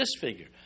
disfigure